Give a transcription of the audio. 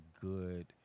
good